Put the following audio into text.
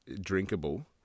drinkable